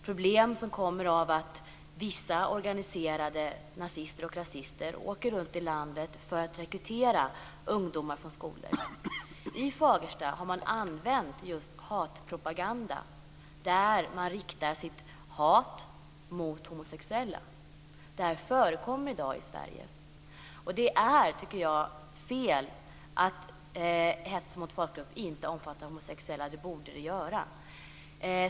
Problemen kommer sig av att vissa organiserade rasister och nazister åker runt i landet för att rekrytera ungdomar från skolor. I Fagersta har man använt just hatpropaganda där man riktar sitt hat mot homosexuella. Det här förekommer i dag i Sverige. Och det är, tycker jag, fel att hets mot folkgrupp inte omfattar homosexuella. Det borde det göra.